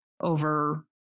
over